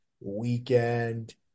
Weekend